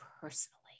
personally